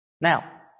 Now